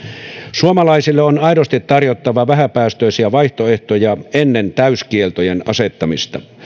suomalaisille on aidosti tarjottava vähäpäästöisiä vaihtoehtoja ennen täyskieltojen asettamista